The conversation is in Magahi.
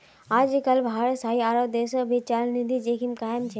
आजकल भारत सहित आरो देशोंत भी चलनिधि जोखिम कायम छे